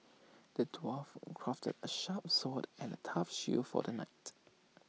the dwarf crafted A sharp sword and A tough shield for the knight